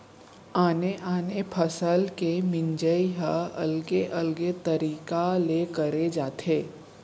आने आने फसल के मिंजई ह अलगे अलगे तरिका ले करे जाथे